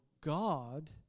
God